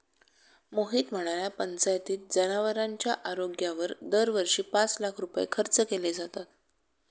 मोहित म्हणाला, पंचायतीत जनावरांच्या आरोग्यावर दरवर्षी पाच लाख रुपये खर्च केले जातात